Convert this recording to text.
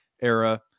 era